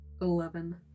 Eleven